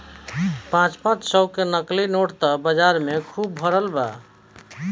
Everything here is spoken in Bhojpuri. पाँच पाँच सौ के नकली नोट त बाजार में खुब भरल बा